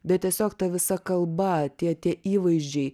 bet tiesiog ta visa kalba tie tie įvaizdžiai